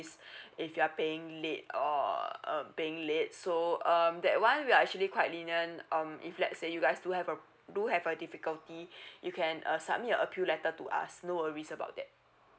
if you are paying late or uh paying late so um that one we are actually quite lenient um if let's say you guys do have uh do have a difficulty you can uh submit appeal letter to us no worries about that